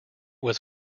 was